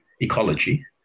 ecology